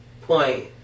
point